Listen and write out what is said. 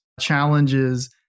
challenges